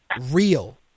real